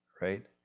right